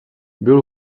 byl